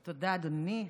תודה, אדוני היושב-ראש.